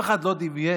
אף אחד לא דמיין